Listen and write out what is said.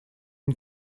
une